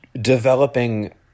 developing